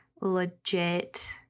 legit